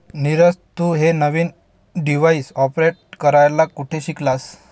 नीरज, तू हे नवीन डिव्हाइस ऑपरेट करायला कुठे शिकलास?